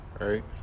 right